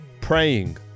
praying